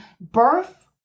birth